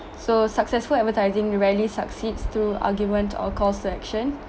so successful advertising rarely succeeds through argument or cause to action